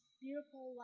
beautiful